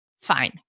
Fine